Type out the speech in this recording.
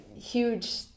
huge